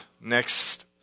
next